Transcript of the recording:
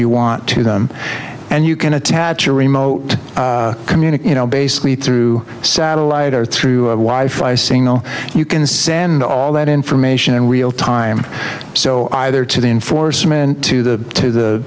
you want to them and you can attach your remote community you know basically through satellite or through wife i say no you can send all that information and real time so either to the enforcement to the to the